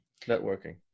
networking